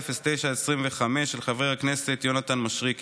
פ/2109/25, של חבר הכנסת יונתן מישרקי.